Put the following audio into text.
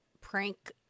prank